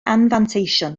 anfanteision